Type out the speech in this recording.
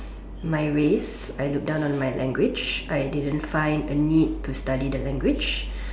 my race I look down on my language I didn't find a need to study the language